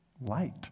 Light